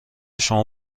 شما